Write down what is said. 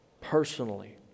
Personally